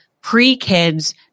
pre-kids